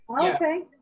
Okay